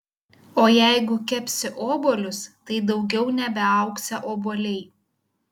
o jeigu kepsi obuolius tai daugiau nebeaugsią obuoliai